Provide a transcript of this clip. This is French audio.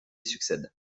succède